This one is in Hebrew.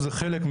זה חלק,